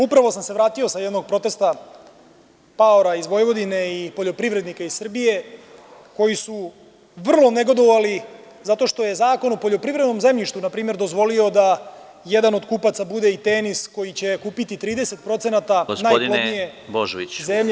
Upravo sam se vratio sa jednog protesta paora iz Vojvodine i poljoprivrednika iz Srbije, koji su vrlo negodovali zato što je Zakon o poljoprivrednom zemljištu npr. dozvolio da jedan od kupaca bude i Tenis, koji će kupiti 30% najplodnije zemlje.